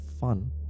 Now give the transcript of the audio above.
fun